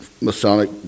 Masonic